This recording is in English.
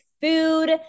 food